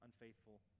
unfaithful